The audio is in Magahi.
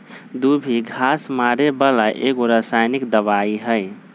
दुभी घास मारे बला एगो रसायनिक दवाइ हइ